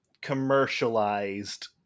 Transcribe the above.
commercialized